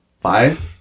five